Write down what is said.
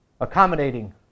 accommodating